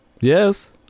Yes